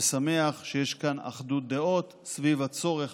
ושמח שיש כאן אחדות דעות סביב הצורך